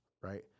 right